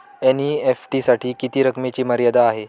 NEFT साठी किती रकमेची मर्यादा आहे?